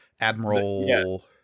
Admiral